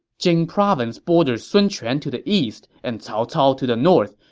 jing province borders sun quan to the east and cao cao to the north,